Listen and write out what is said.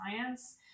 science